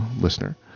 listener